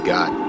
God